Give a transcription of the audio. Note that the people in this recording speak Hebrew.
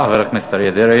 תודה רבה, חבר הכנסת אריה דרעי.